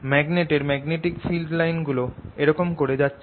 ম্যাগনেটের magnetic field line গুলো এরকম করে যাচ্ছিল